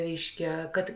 reiškia kad